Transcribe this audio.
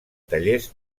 tallers